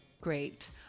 great